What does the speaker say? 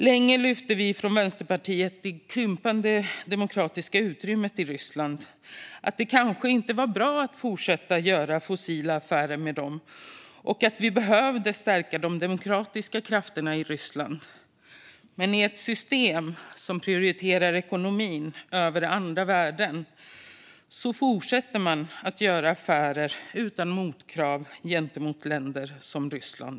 Länge lyfte vi från Vänsterpartiet fram det krympande demokratiska utrymmet i Ryssland och att det kanske inte var bra att fortsätta göra fossila affärer med dem utan att vi behövde stärka de demokratiska krafterna i Ryssland. Men i ett system som prioriterar ekonomin över andra värden fortsätter man att göra affärer utan motkrav gentemot länder som Ryssland.